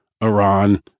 Iran